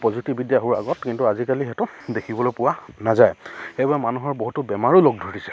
প্ৰযুক্তিবিদ্যা হোৱাৰ আগত কিন্তু আজিকালি সেইটো দেখিবলৈ পোৱা নাযায় সেইবাবে মানুহৰ বহুতো বেমাৰেও লগ ধৰিছে